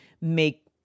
make